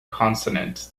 consonant